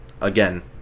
again